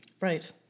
Right